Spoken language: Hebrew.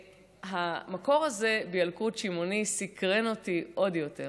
המקור הזה בילקוט שמעוני סקרן אותי עוד יותר.